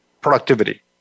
productivity